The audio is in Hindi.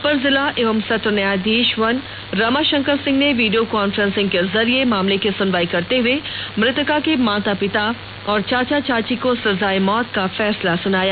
अपर जिला एवं सत्र न्यायाधीश वन रमाशंकर सिंह ने वीडियो कांफ्रेंसिंग के जरिये मामले की सुनवाई करते हुए मृतकों के माता पिता और चाचा चाची को सजा ए मौत का फैसला सुनाया